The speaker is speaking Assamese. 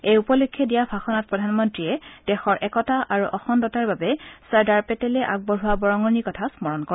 এই উপলক্ষে দিয়া ভাষণত প্ৰধানমন্তীয়ে দেশৰ একতা আৰু অখণ্ডতাৰ বাবে চৰ্দাৰ পেটেলে আগবঢ়োৱা বৰঙণিৰ কথা স্মৰণ কৰে